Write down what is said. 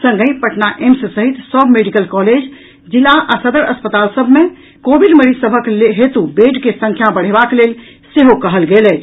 संगहि पटना एम्स सहित सभ मेडिकल कॉलेज जिला आ सदर अस्पताल सभ मे कोविड मरीज सभक हेतु बेड के संख्या बढ़ेबाक लेल सेहो कहल गेल अछि